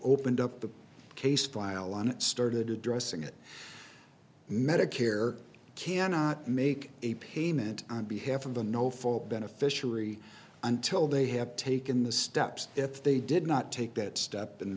opened up the case file on it started addressing it medicare cannot make a payment on behalf of the no fault beneficiary until they have taken the steps if they did not take that step and